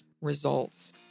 results